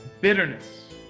Bitterness